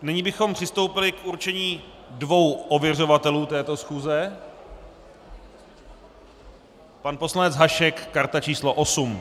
Nyní bychom přistoupili k určení dvou ověřovatelů této schůze pan poslanec Hašek, karta číslo 8.